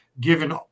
given